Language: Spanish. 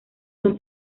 son